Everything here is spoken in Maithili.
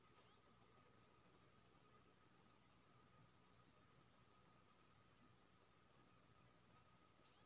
हम अपन फसल बाजार लैय जाय के लेल केना परिवहन के उपयोग करिये जे कम स कम लागत में भ जाय?